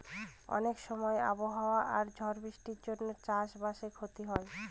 অনেক সময় আবহাওয়া আর ঝড় বৃষ্টির জন্য চাষ বাসে ক্ষতি হয়